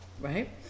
right